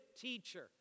teacher